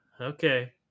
Okay